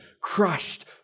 Crushed